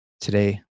Today